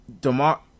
DeMar